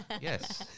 Yes